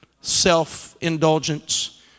self-indulgence